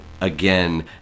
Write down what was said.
again